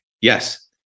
Yes